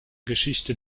geschichte